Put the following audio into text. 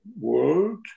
world